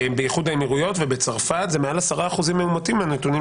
באיחוד האמירויות ובצרפת זה מעל 10% מאומתים בנתונים